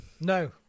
No